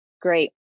Great